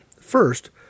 first –